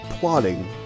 plotting